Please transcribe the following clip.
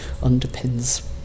underpins